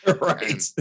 Right